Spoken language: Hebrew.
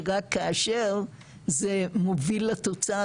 היא רק כאשר זה מוביל לתוצאה,